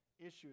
Issues